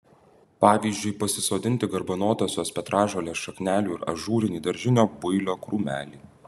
pavyzdžiui pasisodinti garbanotosios petražolės šaknelių ir ažūrinį daržinio builio krūmelį